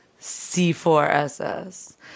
C4SS